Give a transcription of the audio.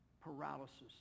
paralysis